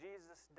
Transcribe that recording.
Jesus